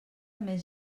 més